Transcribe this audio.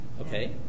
Okay